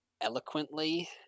eloquently